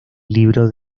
libro